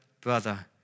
brother